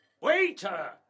Waiter